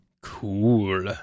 cool